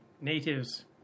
natives